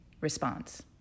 response